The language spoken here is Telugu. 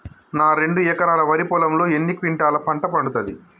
నా రెండు ఎకరాల వరి పొలంలో ఎన్ని క్వింటాలా పంట పండుతది?